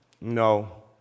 no